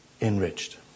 enriched